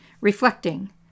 reflecting